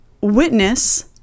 witness